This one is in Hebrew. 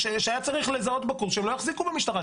שהיה צריך לזהות בקורס שהם לא יחזיקו במשטרה.